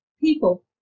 people